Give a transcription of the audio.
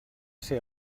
ser